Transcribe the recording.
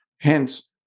Hence